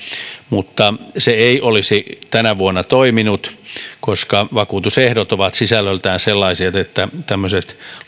mutta se ei olisi tänä vuonna toiminut koska vakuutusehdot ovat sisällöltään sellaiset että tämmöiset